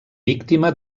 víctima